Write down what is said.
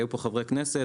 היו פה חברי כנסת,